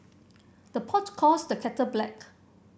the pot calls the kettle black